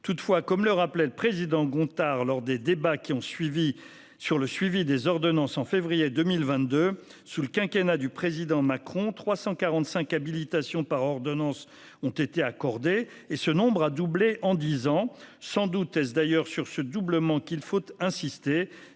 Toutefois, comme le rappelait le président de notre groupe, Guillaume Gontard, lors du débat sur le suivi des ordonnances, en février 2022, « sous le quinquennat Macron, 345 habilitations par ordonnances ont été accordées, et ce nombre a doublé en dix ans- sans doute est-ce d'ailleurs sur ce doublement qu'il faut insister